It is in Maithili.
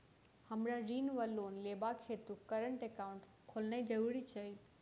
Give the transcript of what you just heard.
हमरा ऋण वा लोन लेबाक हेतु करेन्ट एकाउंट खोलेनैय जरूरी छै?